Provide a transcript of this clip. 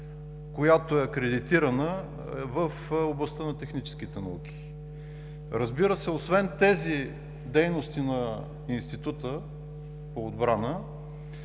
която е акредитирана в областта на техническите науки. Разбира се, освен тези дейности, на Института по отбрана